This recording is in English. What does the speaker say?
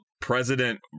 President